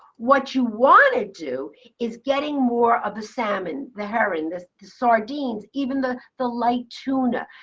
what you want to do is getting more of the salmon, the herring, this sardines, even the the light tuna.